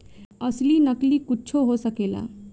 असली नकली कुच्छो हो सकेला